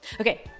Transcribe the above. Okay